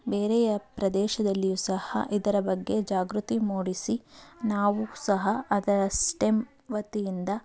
ಬೇರೆಯ ಪ್ರದೇಶದಲ್ಲಿಯೂ ಸಹ ಇದರ ಬಗ್ಗೆ ಜಾಗೃತಿ ಮೂಡಿಸಿ ನಾವೂ ಸಹ ಅದರ ಸ್ಟೆಮ್ ವತಿಯಿಂದ